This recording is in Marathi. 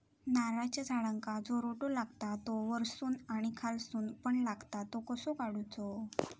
नारळाच्या झाडांका जो रोटो लागता तो वर्सून आणि खालसून पण लागता तो कसो काडूचो?